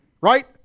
Right